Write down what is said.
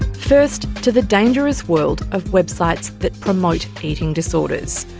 first, to the dangerous world of websites that promote eating disorders.